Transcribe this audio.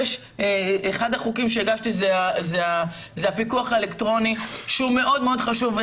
אחד החוקים שהגשתי הוא הפיקוח האלקטרוני שהוא מאוד מאוד חשוב.